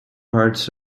parts